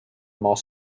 more